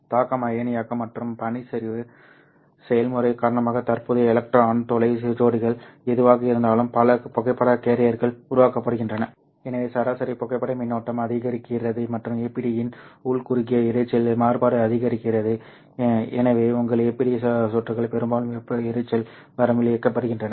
தாக்கம் அயனியாக்கம் மற்றும் பனிச்சரிவு செயல்முறை காரணமாக தற்போதைய எலக்ட்ரான் துளை ஜோடிகள் எதுவாக இருந்தாலும் பல புகைப்பட கேரியர்கள் உருவாக்கப்படுகின்றன எனவே சராசரி புகைப்பட மின்னோட்டம் அதிகரிக்கிறது மற்றும் APD இன் உள் குறுகிய இரைச்சல் மாறுபாடு அதிகரிக்கிறது எனவே உங்கள் APD சுற்றுகள் பெரும்பாலும் வெப்ப இரைச்சல் வரம்பில் இயக்கப்படுகின்றன